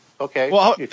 Okay